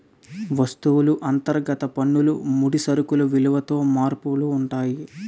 వస్తువు అంతర్గత పన్నులు ముడి సరుకులు విలువలలో మార్పులు ఉంటాయి